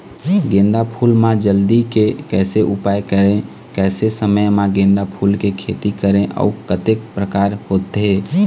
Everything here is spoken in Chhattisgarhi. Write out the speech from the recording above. गेंदा फूल मा जल्दी के कैसे उपाय करें कैसे समय मा गेंदा फूल के खेती करें अउ कतेक प्रकार होथे?